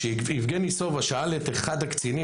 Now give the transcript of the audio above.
כשיבגני סובה שאל את אחד הקצינים